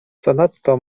zanadto